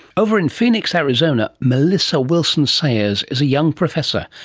over in phoenix arizona, melissa wilson sayres is a young professor,